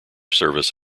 service